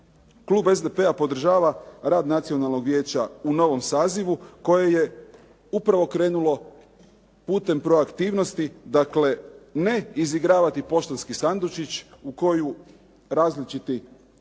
klub SDP-a podržava rad Nacionalnog vijeća u novom sazivu koje je upravo krenulo putem proaktivnosti, dakle ne izigravati poštanski sandučić u koji različiti